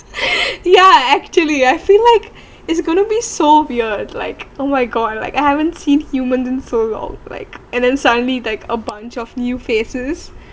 yeah actually I feel like it's going to be so weird like oh my god like I haven't seen human in so long like and then suddenly like a bunch of new faces